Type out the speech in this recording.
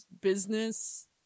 business